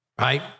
Right